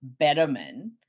Betterman